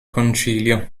concilio